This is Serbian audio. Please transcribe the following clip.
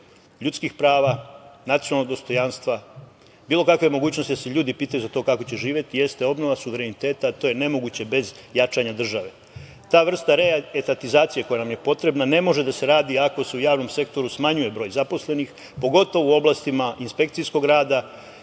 ljudskih prava, nacionalnog dostojanstva, bilo kakve mogućnosti da se ljudi pitaju za to kako će živeti, jest obnova suvereniteta, a to je nemoguće bez jačanja države. Ta vrsta repartizacije koja nam je potrebna ne može da se radi ako se u javnom sektoru smanjuje broj zaposlenih pogotovo u oblastima inspekcijskog rada